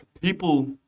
People